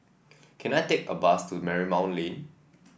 can I take a bus to Marymount Lane